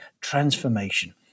transformation